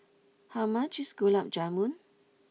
how much is Gulab Jamun